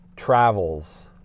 travels